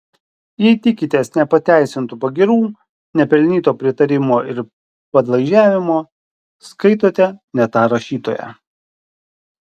jei tikitės nepateisintų pagyrų nepelnyto pritarimo ir padlaižiavimo skaitote ne tą rašytoją